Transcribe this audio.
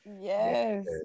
Yes